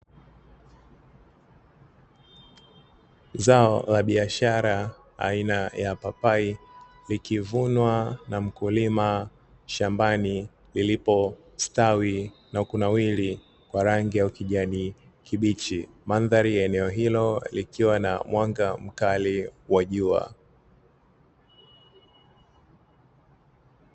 Zao la biashara aina ya papai likivunwa na mkulima shambani lilipostawi na kunawiri kwa rangi ya kijani kibichi mandhari ya eneo hilo likiwa na mwanga mkali wa jua.